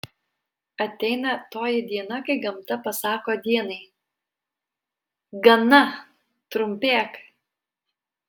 ateina toji diena kai gamta pasako dienai gana trumpėk